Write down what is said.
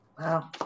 Wow